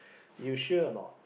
you sure or not